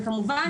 וכמובן,